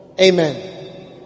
Amen